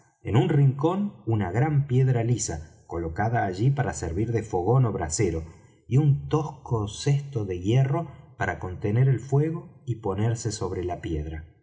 en un rincón una gran piedra lisa colocada allí para servir de fogón ó brasero y un tosco cesto de hierro para contener el fuego y ponerse sobre la piedra